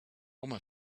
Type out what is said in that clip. oma